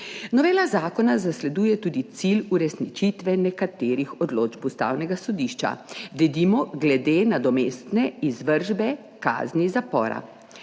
Novela zakona zasleduje tudi cilj uresničitve nekaterih odločb Ustavnega sodišča, denimo glede nadomestne izvršbe kazni zapora.